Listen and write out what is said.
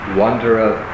wanderer